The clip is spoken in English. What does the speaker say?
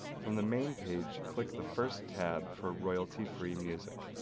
from the main page, click the first tab for royalty-free music.